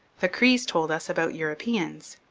the crees told us about europeans.